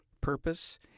purpose